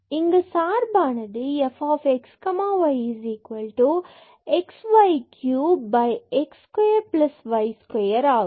இங்கு சார்பானது f xy xy cube x square y square ஆகும்